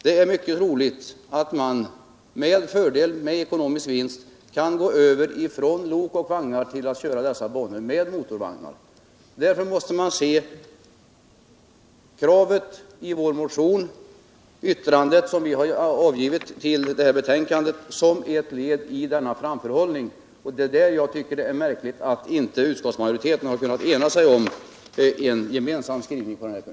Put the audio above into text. Det är mycket troligt att man på dessa banor med ekonomisk vinst kan övergå från lok och vagnar till motorvagnar. Därför måste man se kravet i vår motion och det särskilda yttrande som vi har avgivit till betänkandet som ett led i denna framförhållning. Jag tycker att det är märkligt att inte utskottet har kunnat enas om en gemensam skrivning på den punkten.